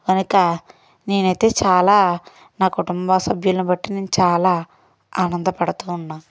కనుక నేనైతే చాలా నా కుటుంబ సభ్యులను బట్టి నేను చాలా ఆనంద పడుతూ ఉన్నాను